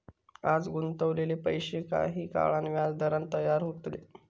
आज गुंतवलेले पैशे काही काळान व्याजदरान तयार होतले